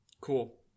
Cool